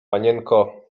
panienko